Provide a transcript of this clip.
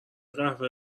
قهوه